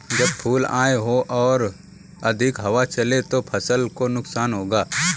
जब फूल आए हों और अधिक हवा चले तो फसल को नुकसान होगा?